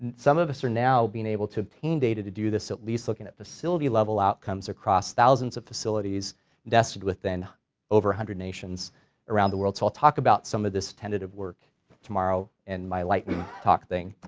some of us are now being able to obtain data to do this at least looking at facility level outcomes across thousands of facilities nested within over a hundred nations around the world, so i'll talk about some of this tentative work tomorrow in my lightning talk thing.